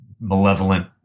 malevolent